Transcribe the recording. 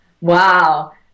wow